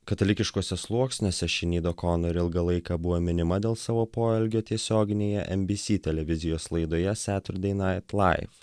katalikiškuose sluoksniuose šinido konor ilgą laiką buvo minima dėl savo poelgio tiesioginėje nbc televizijos laidoje saturday night live